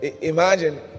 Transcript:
Imagine